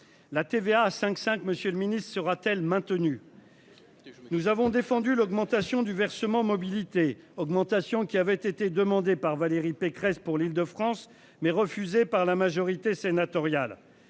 La TVA à 5 5. Monsieur le Ministre sera-t-elle maintenue. Nous avons défendu l'augmentation du versement mobilité augmentation qui avait été demandé par Valérie Pécresse pour l'Île-de-France mais refusée par la majorité sénatoriale,